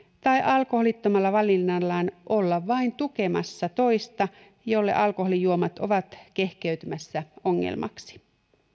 tai alkoholittomalla valinnallaan olla vain tukemassa toista jolle alkoholijuomat ovat kehkeytymässä ongelmaksi